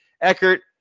Eckert